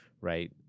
Right